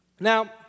Now